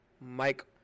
Mike